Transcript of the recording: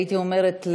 והייתי אומרת,